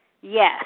Yes